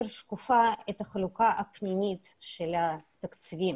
שקופה את החלוקה הפנימית של התקציבים,